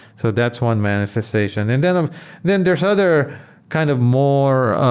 so that's one manifestation. and then um then there's other kind of more